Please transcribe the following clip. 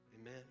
Amen